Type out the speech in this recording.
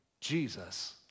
Jesus